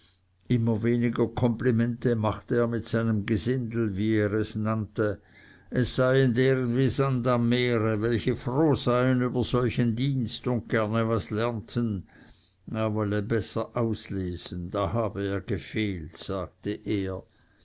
immer weniger komplimente machte er mit seinem gesindel wie er es nannte es seien deren wie sand am meere welche froh seien über solchen dienst und gerne was lernten er wolle besser auslesen da habe er gefehlt sagte er